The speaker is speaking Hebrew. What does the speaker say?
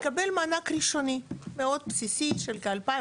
מקבל מענק ראשוני מאוד בסיסי של כ-2200